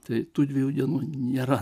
tai tų dviejų dienų nėra